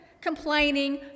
complaining